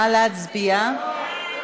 נא להצביע.